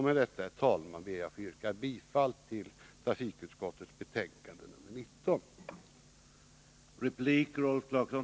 Med detta, herr talman, ber jag att få yrka bifall till trafikutskottets hemställan i betänkande nr 19.